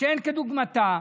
שאין כדוגמתה,